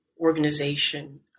organization